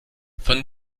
von